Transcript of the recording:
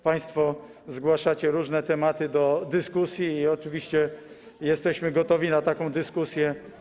Państwo zgłaszacie różne tematy do dyskusji, oczywiście jesteśmy gotowi i na taką dyskusję.